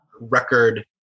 record